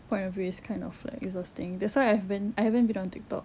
point of view it's kind of like exhausting that's why I haven't I haven't been on tiktok